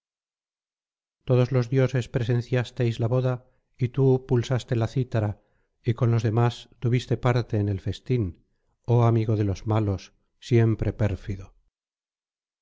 todos los dioses presenciasteis la boda y tú pulsaste la cítara y con los demás tuviste parte en el festín oh amigo de los malos siempre pérfido